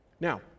Now